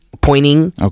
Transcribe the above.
pointing